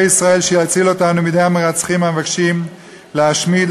ישראל שיציל אותנו מידי המרצחים המבקשים להשמיד,